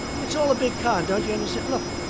it's all a big con, don't you understand? look,